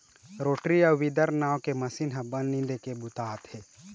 rotary अउ weeder नांव के मसीन ह बन निंदे के बूता आथे